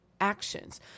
actions